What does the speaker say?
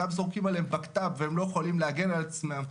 גם זורקים עליהם בקת"ב והם לא יכולים להגן על עצמם.